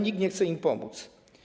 Nikt nie chce im pomóc.